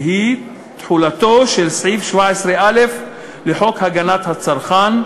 והיא תחולתו של סעיף 17א לחוק הגנת הצרכן,